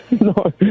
No